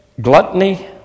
gluttony